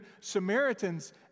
Samaritans